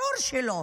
ברור שלא.